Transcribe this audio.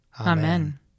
Amen